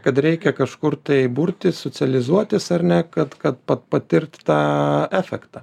kad reikia kažkur tai burtis socializuotis ar ne kad kad patirt tą efektą